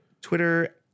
Twitter